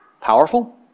powerful